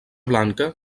blanca